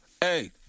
hey